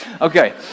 okay